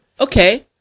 Okay